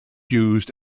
used